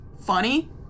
funny